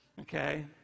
okay